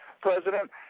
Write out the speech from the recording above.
president